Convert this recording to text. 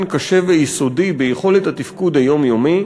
קשה ויסודי ביכולת התפקוד היומיומי,